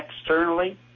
externally